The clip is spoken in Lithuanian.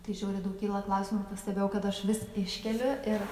tai žiauriai daug kyla klausimų pastebėjau kad aš vis iškeliu ir